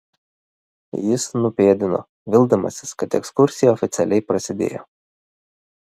jis nupėdino vildamasis kad ekskursija oficialiai prasidėjo